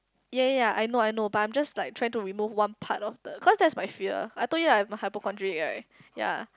ya ya ya I know I know but I'm just like trying to remove one part of the cause that is my fear I told you I'm a hypochondriac right ya